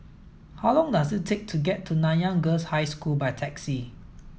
how long does it take to get to Nanyang Girls' High School by taxi